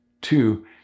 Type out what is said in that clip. Two